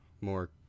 more